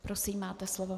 Prosím, máte slovo.